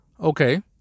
Okay